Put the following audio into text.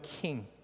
King